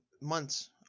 months